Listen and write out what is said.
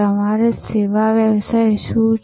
તમારો સેવા વ્યવસાય શું છે